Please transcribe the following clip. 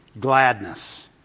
gladness